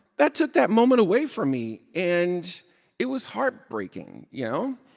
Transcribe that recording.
that took that moment away from me. and it was heartbreaking, you know?